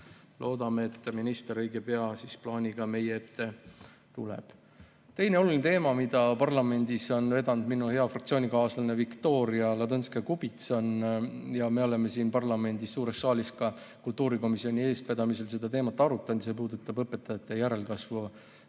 Loodame, et minister õige pea plaaniga meie ette tuleb. Teine oluline teema, mida parlamendis on vedanud minu hea fraktsioonikaaslane Viktoria Ladõnskaja-Kubits ja mida me oleme siin parlamendi suures saalis ka kultuurikomisjoni eestvedamisel arutanud, puudutab õpetajate järelkasvu